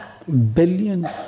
billion